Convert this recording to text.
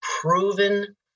proven